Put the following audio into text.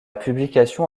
publication